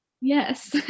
yes